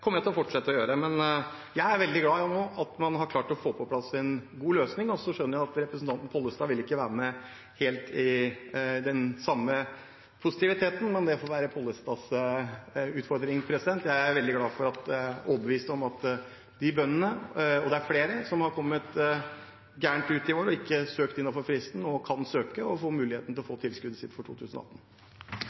nå har klart å få på plass en god løsning. Så skjønner jeg at representanten Pollestad ikke helt vil være med på den samme positiviteten, men det får være Pollestads utfordring. Jeg er overbevist om at de bøndene – det er flere – som har kommet gærent ut i år, og som ikke har søkt innenfor fristen, nå kan søke og har mulighet til å få tilskuddet sitt for 2018.